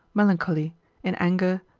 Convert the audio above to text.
melancholy in anger,